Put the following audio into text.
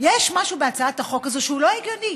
יש משהו בהצעת החוק הזאת שהוא לא הגיוני.